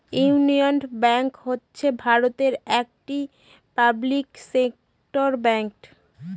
union Bank হচ্ছে ভারতের একটি পাবলিক সেক্টর ব্যাঙ্ক